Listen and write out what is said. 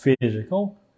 physical